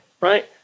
right